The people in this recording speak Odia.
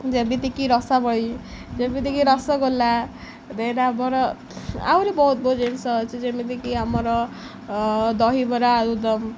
ଯେମିତିକି ରସାବଳି ଯେମିତିକି ରସଗୋଲା ଦେନ୍ ଆମର ଆହୁରି ବହୁତ ବହୁତ ଜିନିଷ ଅଛି ଯେମିତିକି ଆମର ଦହିବରା ଆଳୁଦମ୍